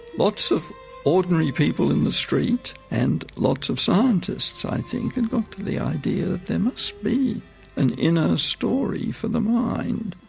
lots of ordinary people in the street, and lots of scientists i think, had and got to the idea that there must be an inner story for the mind.